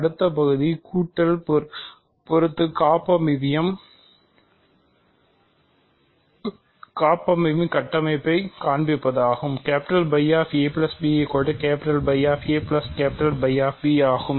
அடுத்த பகுதி கூட்டல் பொறுத்து காப்பமைவியம் கட்டமைப்பைக் காண்பிப்பதாகும் ஆகும்